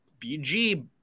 BG